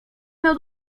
miał